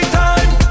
time